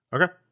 Okay